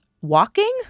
walking